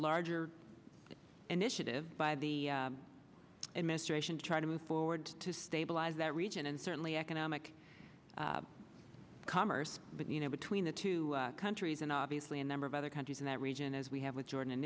larger initiative by the administration to try to move forward to stabilize that region and certainly economic commerce but you know between the two countries and obviously a number of other countries in that region as we have with jordan